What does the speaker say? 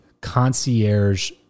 concierge